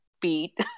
beat